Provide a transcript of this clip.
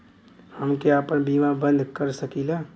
हमके आपन बीमा बन्द कर सकीला?